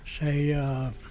say